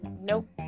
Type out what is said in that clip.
Nope